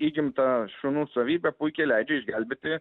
įgimta šunų savybė puikiai leidžia išgelbėti